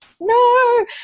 No